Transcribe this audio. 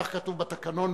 כך כתוב בתקנון,